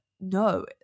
no